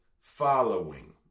following